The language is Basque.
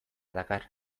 dakar